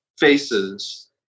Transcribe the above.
faces